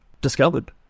discovered